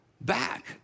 back